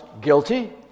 guilty